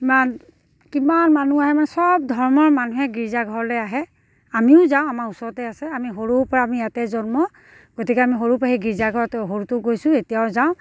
ইমান কিমান মানুহ আহে মানে চব ধৰ্মৰ মানুহে গীৰ্জাঘৰলৈ আহে আমিও যাওঁ আমাৰ ওচৰতে আছে আমি সৰুৰপৰা আমি ইয়াতে জন্ম গতিকে আমি সৰুৰপৰা এই গীৰ্জাঘৰতে সৰুতেও গৈছোঁ এতিয়াও যাওঁ